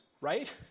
Right